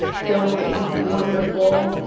filthy wonderful,